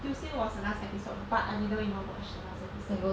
tuesday was the last episode but I didn't even watch the last episode